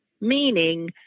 meaning